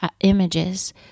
images